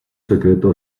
secreto